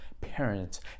parents